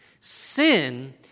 Sin